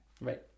Right